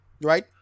right